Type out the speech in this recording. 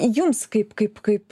jums kaip kaip kaip